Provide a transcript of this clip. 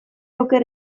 oker